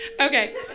Okay